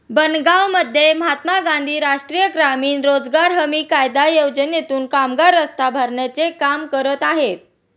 बनगावमध्ये महात्मा गांधी राष्ट्रीय ग्रामीण रोजगार हमी कायदा योजनेतून कामगार रस्ता भरण्याचे काम करत आहेत